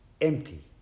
empty